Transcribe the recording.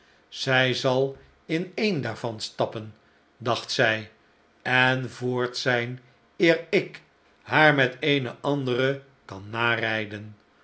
zij zal in een daarvan stappen dacht zij en voort zijn eer ik haar met eene andere kan narijden